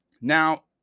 Now